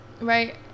right